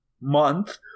month